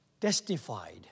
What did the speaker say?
Testified